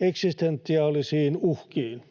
eksistentiaalisiin uhkiin.